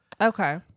Okay